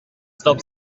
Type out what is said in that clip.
stop